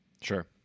Sure